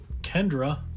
kendra